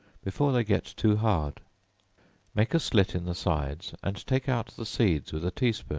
before they get too hard make a slit in the sides and take out the seeds with a tea-spoon